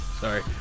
sorry